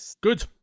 good